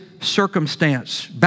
circumstance